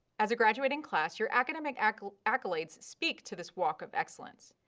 as a graduating class, your academic accolades accolades speak to this walk of excellence.